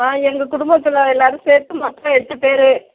ஆ எங்கள் குடும்பத்தில் எல்லாேரும் சேர்த்து மொத்தம் எட்டு பேர்